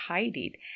tidied